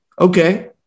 okay